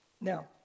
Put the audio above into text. Now